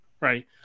right